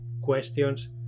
questions